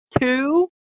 two